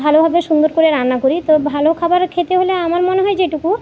ভালোভাবে সুন্দর করে রান্না করি তো ভালো খাবার খেতে হলে আমার মনে হয় যেটুকু